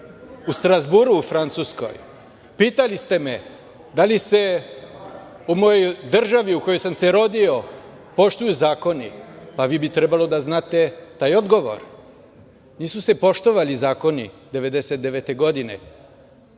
u Strazburu, u Francuskoj, pitali ste me – da li se u mojoj državi u kojoj sam se rodio poštuju zakoni? Pa vi bi trebalo da znate taj odgovor. Nisu se poštovali zakoni 1999. godine,